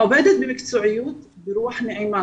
עובדת במקצועיות וברוח נעימה,